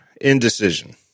indecision